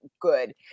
good